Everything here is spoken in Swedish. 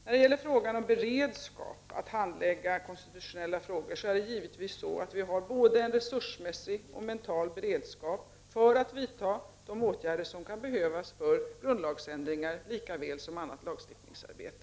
När det gäller frågan om beredskap att handlägga konstitutionella frågor är det givetvis så att vi har både resursmässig och mental beredskap för att vidta de åtgärder som kan behövas för grundlagsändringar lika väl som för annat lagstiftningsarbete.